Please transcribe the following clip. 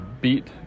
Beat